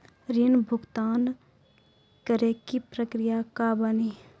ऋण भुगतान करे के प्रक्रिया का बानी?